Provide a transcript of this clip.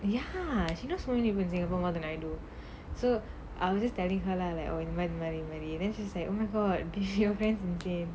ya she just weren't even in singapore more than I do so I was just telling her lah like oh இந்த மாறி இந்த மாறி இந்த மாறி:intha maari intha maari intha maari then she's like oh my god your friend's in jail